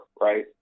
right